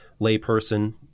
layperson